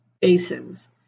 basins